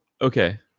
Okay